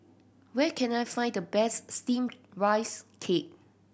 where can I find the best steam rice cake